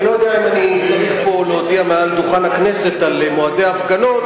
אני לא יודע אם אני צריך פה להודיע מעל דוכן הכנסת על מועדי הפגנות.